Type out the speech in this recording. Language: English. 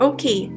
Okay